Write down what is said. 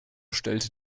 stellte